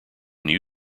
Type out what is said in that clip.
new